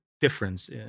Difference